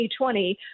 2020